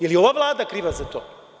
Je li ova Vlada kriva za to?